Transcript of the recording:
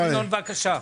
ינון, בבקשה.